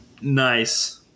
nice